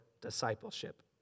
discipleship